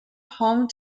home